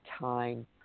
time